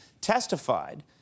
testified